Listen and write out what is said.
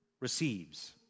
receives